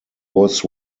was